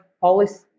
policy